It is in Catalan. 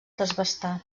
desbastar